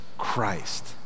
christ